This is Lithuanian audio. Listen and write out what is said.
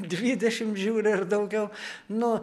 dvidešim žiūri ir daugiau nu